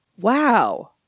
Wow